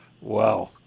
Wow